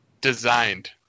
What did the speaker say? designed